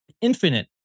infinite